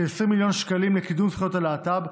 20 מיליון שקלים לקידום זכויות הלהט"ב,